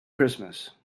christmas